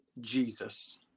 Jesus